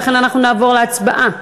ולכן אנחנו נעבור להצבעה.